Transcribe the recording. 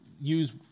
use